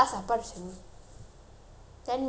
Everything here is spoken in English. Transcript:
ten minutes only if I take a bike